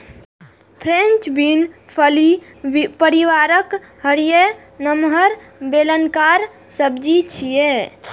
French bean फली परिवारक हरियर, नमहर, बेलनाकार सब्जी छियै